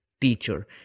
teacher